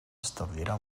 establirà